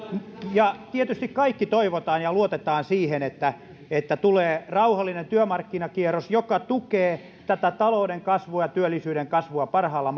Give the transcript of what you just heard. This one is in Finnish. tietysti kaikki toivomme ja luotamme siihen että että tulee rauhallinen työmarkkinakierros joka tukee tätä talouden kasvua ja työllisyyden kasvua parhaalla